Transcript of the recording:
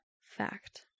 fact